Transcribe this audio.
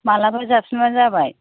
माब्लाबा जाफिनबानो जाबाय